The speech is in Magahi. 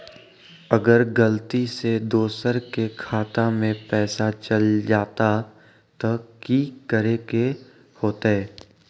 अगर गलती से दोसर के खाता में पैसा चल जताय त की करे के होतय?